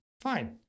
Fine